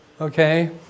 Okay